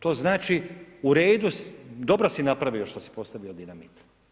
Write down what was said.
To znači u redu, dobro si napravio, što si postavio dinamit.